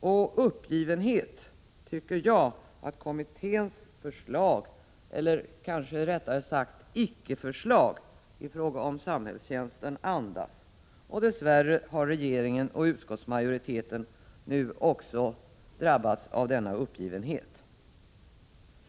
Och uppgivenhet tycker jag att kommitténs förslag eller rättare sagt ”ickeförslag” i fråga om samhällstjänsten andas. Och dess värre har regeringen och utskottsmajoriteten nu också drabbats av denna uppgivenhet.